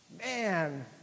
Man